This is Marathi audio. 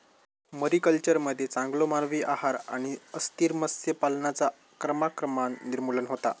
मरीकल्चरमध्ये चांगलो मानवी आहार आणि अस्थिर मत्स्य पालनाचा क्रमाक्रमान निर्मूलन होता